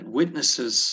witnesses